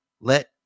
let